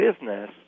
business